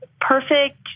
perfect